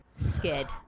scared